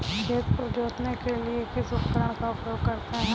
खेत को जोतने के लिए किस उपकरण का उपयोग करते हैं?